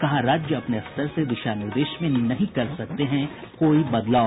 कहा राज्य अपने स्तर से दिशा निर्देश में नहीं कर सकते हैं कोई बदलाव